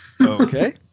Okay